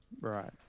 Right